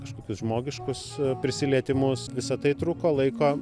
kažkokius žmogiškus prisilietimus visa tai truko laiko